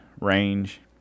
range